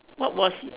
what was